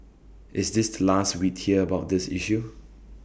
is this last we'd hear about this issue